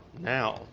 now